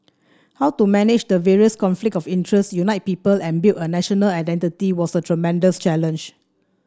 how to manage the various conflict of interest unite people and build a national identity was a tremendous challenge